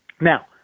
Now